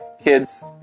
kids